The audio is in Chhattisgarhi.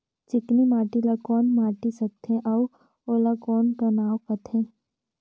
चिकनी माटी ला कौन माटी सकथे अउ ओला कौन का नाव काथे?